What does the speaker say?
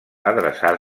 adreçar